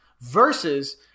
versus